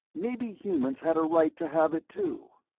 maybe humans had a right to have it, too.